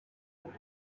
and